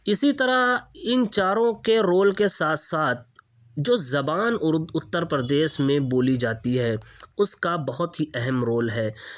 اسی طرح ان چاروں کے رول كے ساتھ ساتھ جو زبان اتّر پردیش میں بولی جاتی ہے اس کا بہت ہی اہم رول ہے